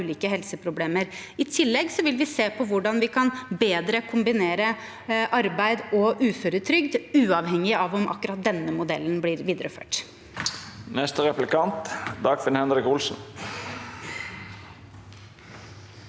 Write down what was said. I tillegg vil vi se på hvordan vi bedre kan kombinere arbeid og uføretrygd, uavhengig av om akkurat denne modellen blir videreført.